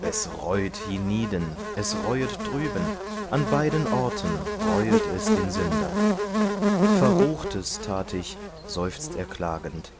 es reut hienieden es reuet drüben an beiden orten reuet es den sünder verruchtes tat ich seufzt er klagend